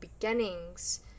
beginnings